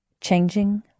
changing